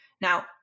Now